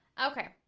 okay,